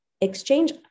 exchange